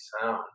sound